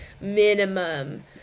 minimum